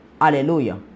Hallelujah